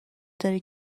داره